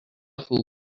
who